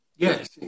Yes